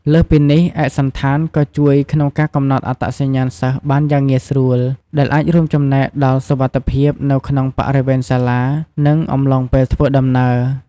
លើសពីនេះ ឯកសណ្ឋានក៏ជួយក្នុងការកំណត់អត្តសញ្ញាណសិស្សបានយ៉ាងងាយស្រួល ដែលអាចរួមចំណែកដល់សុវត្ថិភាពនៅក្នុងបរិវេណសាលា និងអំឡុងពេលធ្វើដំណើរ។